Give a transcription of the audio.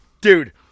Dude